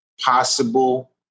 possible